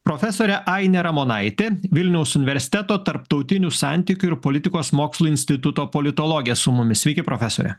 profesorė ainė ramonaitė vilniaus universiteto tarptautinių santykių ir politikos mokslų instituto politologė su mumis sveiki profesore